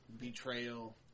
Betrayal